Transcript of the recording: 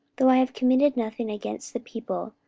though i have committed nothing against the people,